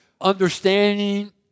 understanding